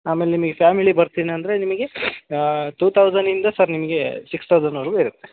ಆಮೇಲೆ ನಿಮಗೆ ಫ್ಯಾಮಿಲಿ ಬರ್ತೀನಿ ಅಂದರೆ ನಿಮಗೆ ಟೂ ತೌಝಣಿಂದ ಸರ್ ನಿಮಗೆ ಸಿಕ್ಸ್ ತೌಝಣ್ವರೆಗೂ ಇರುತ್ತೆ